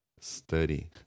study